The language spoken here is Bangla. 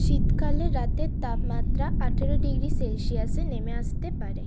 শীতকালে রাতের তাপমাত্রা আঠারো ডিগ্রি সেলসিয়াসে নেমে আসতে পারে